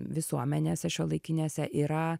visuomenėse šiuolaikinėse yra